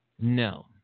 No